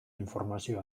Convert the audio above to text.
informazio